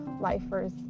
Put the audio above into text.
lifers